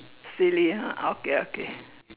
silly ah okay okay